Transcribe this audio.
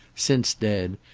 since dead,